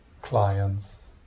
Clients